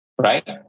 right